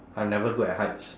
I'm never good at heights